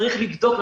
צריך לבדוק,